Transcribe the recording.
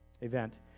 event